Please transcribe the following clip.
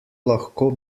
lahko